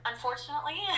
Unfortunately